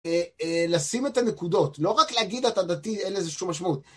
לשים את הנקודות, לא רק להגיד אתה דתי, אין לזה שום משמעות.